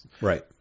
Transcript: Right